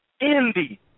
envy